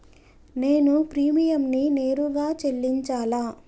నేను ప్రీమియంని నేరుగా చెల్లించాలా?